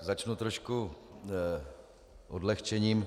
Začnu trošku odlehčením.